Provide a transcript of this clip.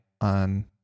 on